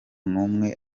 numwe